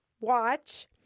watch